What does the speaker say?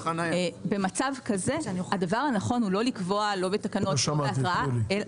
במצב כזה הדבר הנכון הוא לא לקבוע לא בתקנות לחזור?